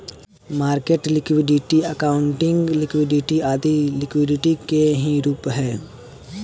market liquidity, accounting liquidity आदी liquidity के ही स्वरूप है